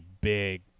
big